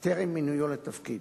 טרם מינויו לתפקיד.